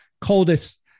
coldest